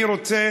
אני רוצה